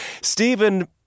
Stephen